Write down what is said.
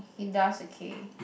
he does okay